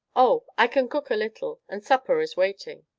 oh, i can cook a little, and supper is waiting.